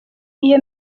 iyo